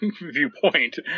viewpoint